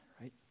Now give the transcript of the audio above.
right